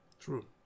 True